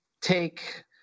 take